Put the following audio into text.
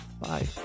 Bye